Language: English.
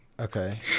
Okay